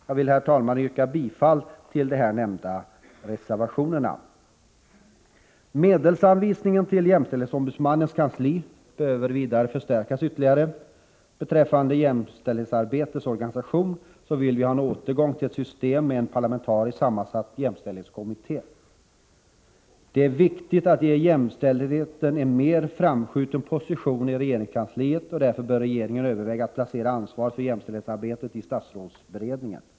Jag vill, herr talman, yrka bifall till de här nämnda reservationerna. Medelsanvisningen till jämställdhetsombudsmannens kansli behöver vidare förstärkas ytterligare. Beträffande jämställdhetsarbetets organisation vill vi ha en återgång till ett system med en parlamentariskt sammansatt jämställdhetskommitté. Det är viktigt att ge jämställdheten en mer framskjuten position i regeringskansliet, och därför bör regeringen överväga att placera ansvaret för jämställdhetsarbetet i statsrådsberedningen.